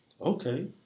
Okay